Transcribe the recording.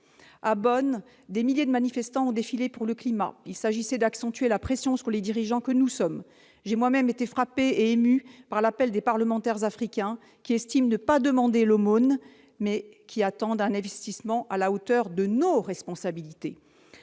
À Bonn, des milliers de manifestants ont défilé pour la lutte contre le changement climatique. Il s'agissait d'accentuer la pression sur les dirigeants que nous sommes. J'ai moi-même été frappée et émue par l'appel des parlementaires africains, qui ne demandent pas l'aumône, mais attendent un investissement à la hauteur de nos responsabilités.